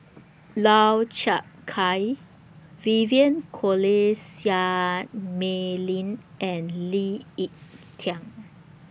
Lau Chiap Khai Vivien Quahe Seah Mei Lin and Lee Ek Tieng